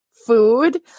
Food